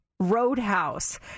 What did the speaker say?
roadhouse